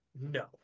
no